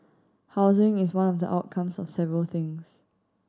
housing is one of the outcomes of several things